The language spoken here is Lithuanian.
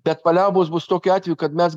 bet paliaubos bus tokiu atveju kad mes